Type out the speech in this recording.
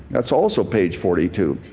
that's also page forty two.